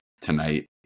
tonight